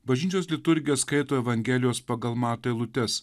bažnyčios liturgija skaito evangelijos pagal matą eilutes